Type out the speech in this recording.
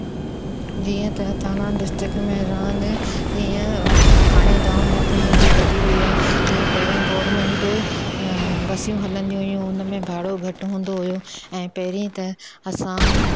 जीअं त थाणा डिस्ट्रिक्ट में रहंदे तीअं हाणे जाम टेक्नोलॉजी वधी वई आहे हीअं पहिरों गवर्नमेंट बसियूं हलंदियूं हुयूं उन में भाड़ो घटि हूंदो हुओ ऐं पहिरीं त असां